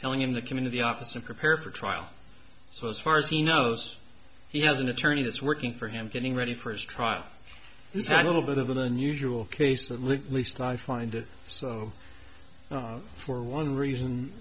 telling him that come into the office and prepare for trial so as far as he knows he has an attorney that's working for him getting ready for his trial this very little bit of an unusual case that link at least i find it so for one reason